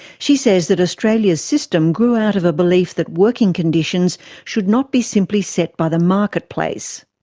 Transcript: she says that australia's system grew out of a belief that working conditions should not be simply set by the marketplace.